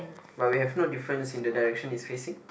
but we have no difference in the direction it's facing